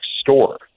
Store